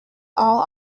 all